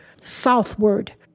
southward